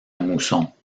mousson